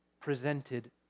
presented